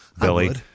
Billy